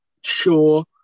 sure